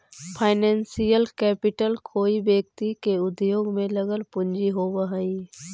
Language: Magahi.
फाइनेंशियल कैपिटल कोई व्यक्ति के उद्योग में लगल पूंजी होवऽ हई